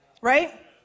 Right